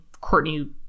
Courtney